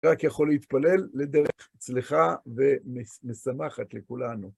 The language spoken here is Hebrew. רק יכול להתפלל לדרך צלחה ומשמחת לכולנו.